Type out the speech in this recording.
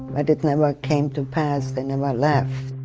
but it never came to pass. they never left.